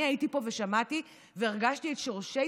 אני הייתי פה ושמעתי והרגשתי את שורשי